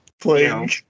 playing